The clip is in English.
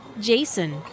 Jason